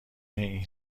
این